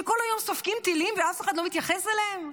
שכל היום סופגים טילים ואף אחד לא מתייחס אליהם?